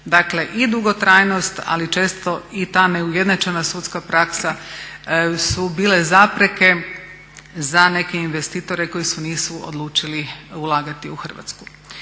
Dakle i dugotrajnost ali često i ta neujednačena sudska praksa su bile zapreke za neke investitore koji se nisu odlučili ulagati u Hrvatsku.